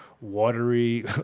watery